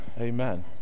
Amen